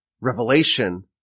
revelation